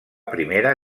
primera